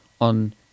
on